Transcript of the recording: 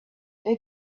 they